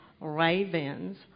Ravens